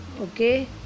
okay